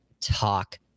talk